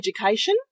education